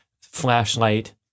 flashlight